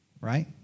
right